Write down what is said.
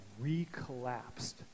re-collapsed